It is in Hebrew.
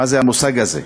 מה זה המושג הזה.